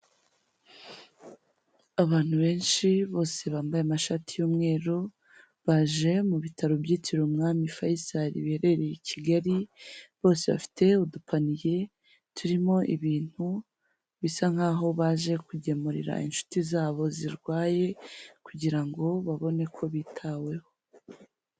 Abantu benshi bose bambaye amashati y'umweru baje mu bitaro byitiriwe umwami fayizari biherereye i Kigali, bose bafite udufihi turimo ibintu bisa nkaho baje kugemurira inshuti zabo zirwaye kugira ngo babone ko bitaweho.